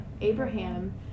Abraham